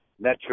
Metro